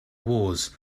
wars